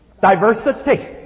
Diversity